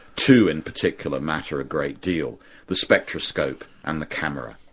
two in particular matter a great deal the spectroscope and the camera,